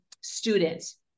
students